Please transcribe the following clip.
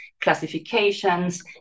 classifications